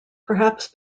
perhaps